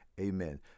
amen